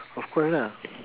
of course ah